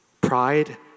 Pride